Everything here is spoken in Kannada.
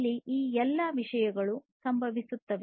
ಅಲ್ಲಿ ಈ ಎಲ್ಲ ವಿಷಯಗಳು ಸಂಭವಿಸುತ್ತದೆ